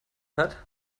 hat